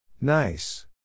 Nice